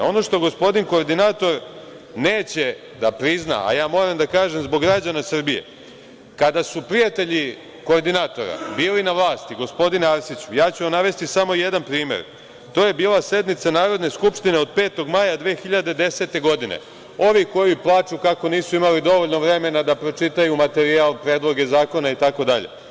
Ono što gospodin koordinator neće da prizna, a ja moram da kažem zbog građana Srbije, kada su prijatelji koordinatora bili na vlasti, gospodine Arsiću, ja ću navesti samo jedan primer, to je bila sednica Narodne skupštine od 5. maja 2010. godine, oni koji plaču kako nisu imali dovoljno vremena da pročitaju materijal, predloge zakona itd.